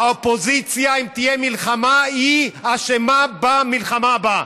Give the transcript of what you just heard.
האופוזיציה, אם תהיה מלחמה, היא אשמה במלחמה הבאה.